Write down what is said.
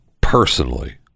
personally